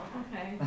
okay